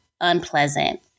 unpleasant